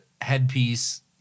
headpiece